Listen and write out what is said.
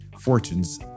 fortunes